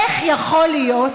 איך יכול להיות